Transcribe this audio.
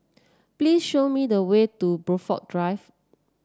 please show me the way to Blandford Drive